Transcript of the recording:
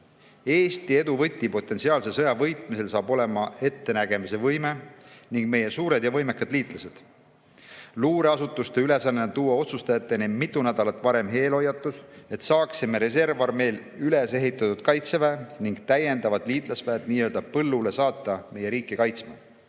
Eesti edu võti potentsiaalse sõja võitmisel on ettenägemise võime ning meie suured ja võimekad liitlased. Luureasutuste ülesanne on tuua otsustajateni mitu nädalat varem eelhoiatus, et saaksime reservarmeele ülesehitatud kaitseväe ning täiendavad liitlasväed saata nii-öelda põllule meie riiki kaitsma.